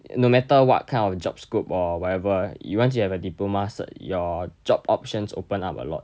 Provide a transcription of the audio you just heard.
no matter what kind of job scope or whatever you once you have a diploma cert your job options open up a lot